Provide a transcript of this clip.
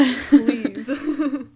please